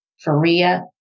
Faria